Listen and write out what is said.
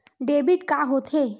Debit का होथे?